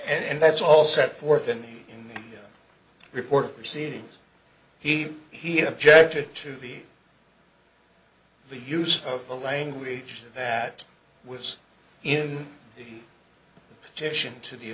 and that's all set forth in the report proceedings he he objected to the use of the language that was in the kitchen to the